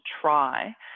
try